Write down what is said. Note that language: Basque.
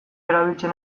erabiltzen